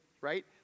right